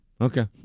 Okay